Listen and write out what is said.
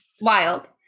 wild